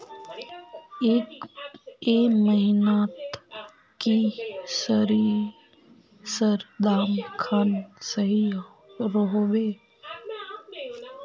ए महीनात की सरिसर दाम खान सही रोहवे?